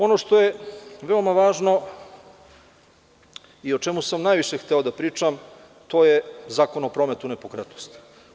Ono što je veoma važno i o čemu sam hteo najviše da pričam to je Zakon o prometu nepokretnosti.